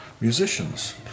musicians